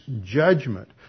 judgment